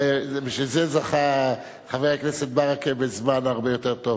בשביל זה זכה חבר הכנסת ברכה בזמן הרבה יותר טוב.